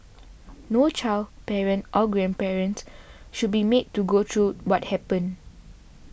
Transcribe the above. no child parent or grandparent should be made to go through what happened